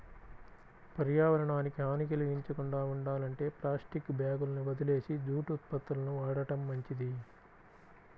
పర్యావరణానికి హాని కల్గించకుండా ఉండాలంటే ప్లాస్టిక్ బ్యాగులని వదిలేసి జూటు ఉత్పత్తులను వాడటం మంచిది